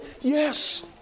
Yes